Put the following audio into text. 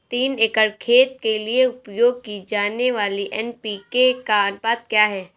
तीन एकड़ खेत के लिए उपयोग की जाने वाली एन.पी.के का अनुपात क्या है?